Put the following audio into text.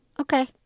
Okay